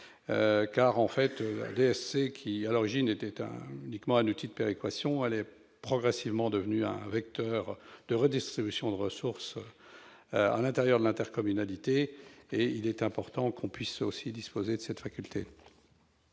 La DSC, qui, à l'origine, était uniquement un outil de péréquation, est progressivement devenue un vecteur de redistribution de ressources à l'intérieur de l'intercommunalité, et il est important qu'on puisse aussi disposer de cette faculté.